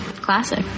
Classic